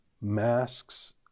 masks